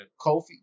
Kofi